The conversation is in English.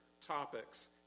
topics